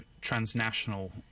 transnational